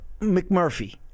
McMurphy